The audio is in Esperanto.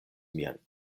mian